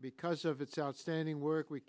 because of its outstanding work we